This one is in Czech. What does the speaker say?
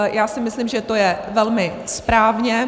Já si myslím, že to je velmi správně.